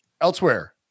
elsewhere